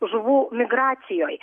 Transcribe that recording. žuvų migracijoj